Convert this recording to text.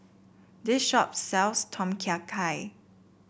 this shop sells Tom Kha Gai